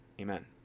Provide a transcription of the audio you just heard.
Amen